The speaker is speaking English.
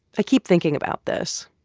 i keep thinking about this.